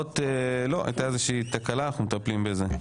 לא, הייתה איזה שהיא תקלה, אנחנו מטפלים בזה.